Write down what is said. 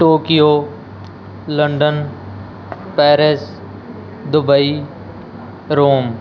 Tokyo London Paris Dubai Rome